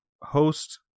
host